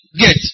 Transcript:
get